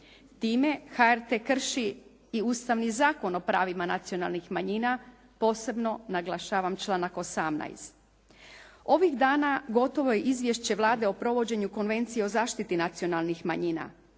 Time HRT krši i Ustavni zakon o pravima nacionalnih manjina, posebno naglašavam članak 18. Ovih dana gotovo je Izvješće Vlade o provođenju Konvencije o zaštiti nacionalnih manjina